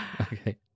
Okay